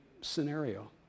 scenario